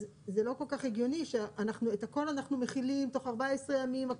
זה לא כל כך הגיוני שאנחנו את הכול אנחנו מחלים תוך 14 ימים,